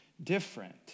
different